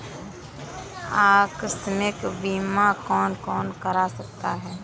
आकस्मिक बीमा कौन कौन करा सकता है?